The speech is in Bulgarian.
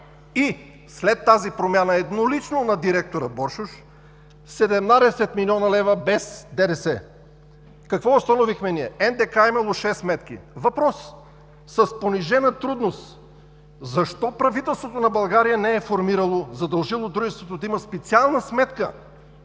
и след тази промяна еднолично на директора Боршош 17 млн. лв. без ДДС. Какво установихме ние? НДК е имало шест сметки. Въпрос с понижена трудност: защо правителството на България не е задължило дружеството да има специална сметка,